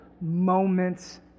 moments